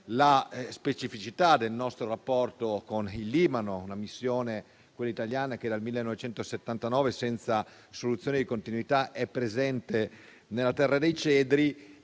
la specificità del nostro rapporto con il Libano; una missione, quella italiana, che dal 1979, senza soluzione di continuità è presente nella terra dei cedri